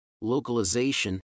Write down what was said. localization